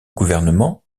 gouvernement